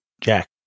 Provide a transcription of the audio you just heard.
Jack